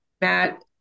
Matt